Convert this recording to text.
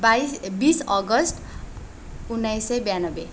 बाइस ए बिस अगस्ट उन्नाइस सय ब्यानब्बे